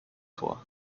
vor